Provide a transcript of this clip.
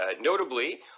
Notably